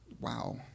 Wow